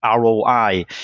ROI